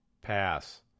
pass